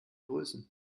grüßen